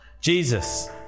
Jesus